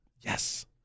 Yes